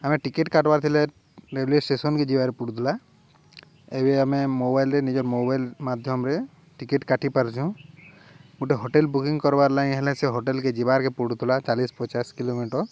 ଆମେ ଟିକେଟ କାଟବାର ଥିଲେ ରେଲୱେ ଷ୍ଟେସନକେ ଯିବାରେ ପଡ଼ୁଥିଲା ଏବେ ଆମେ ମୋବାଇଲରେ ନିଜର୍ ମୋବାଇଲ ମାଧ୍ୟମରେ ଟିକେଟ୍ କାଟି ପାରୁଛୁଁ ଗୋଟେ ହୋଟେଲ ବୁକିଂ କରବାର୍ ଲାଗି ହେଲେ ସେ ହୋଟେଲକେ ଯିବାରକେ ପଡ଼ୁଥିଲା ଚାଳିଶି ପଚାଶ କିଲୋମିଟର